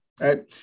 right